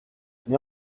mais